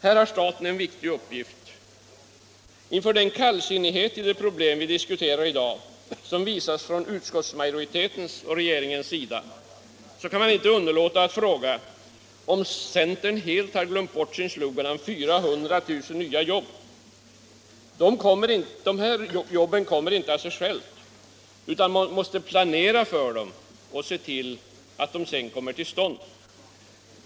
Här har staten en viktig uppgift. Inför den kallsinnighet till de problem vi diskuterar i dag som visas från utskottsmajoritetens och regeringens sida kan man inte underlåta att fråga om centern helt har glömt sin slogan om 400 000 nya jobb. De jobben kommer inte av sig själva utan man måste planera för dem och se till att de kommer till stånd.